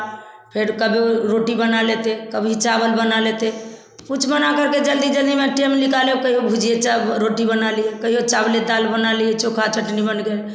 फिर कभी रोटी बना लेते कभी चावल बना लेते कुछ बना करके जल्दी जल्दी में टेम निकालो कहियो भुजिया चार रोटी बना लिए कहियो चावले दाल बना लिए चोखा चटनी बन गया